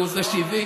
הוא שהביא.